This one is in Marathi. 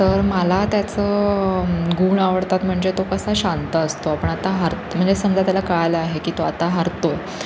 तर मला त्याचं गुण आवडतात म्हणजे तो कसा शांत असतो आपण आता हार म्हणजे समजा त्याला कळलं आहे की तो आता हरतो आहे